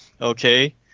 okay